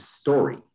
story